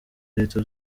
leta